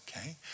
okay